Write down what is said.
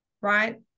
right